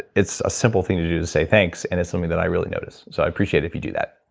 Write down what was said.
it's a simple thing to just say thanks, and it's something that i really notice, so i appreciate if you do that.